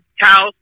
house